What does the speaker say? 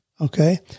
Okay